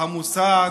המוסד